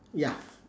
ya